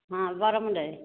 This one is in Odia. ହଁ ବରମୁଣ୍ଡାରେ